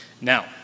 Now